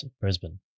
Brisbane